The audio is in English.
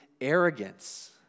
arrogance